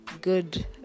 good